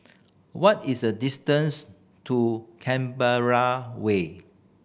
what is the distance to Canberra Way